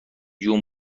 جوون